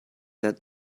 that